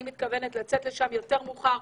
אני מתכוונת לצאת לשם יותר מאוחר.